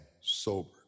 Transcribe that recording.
sober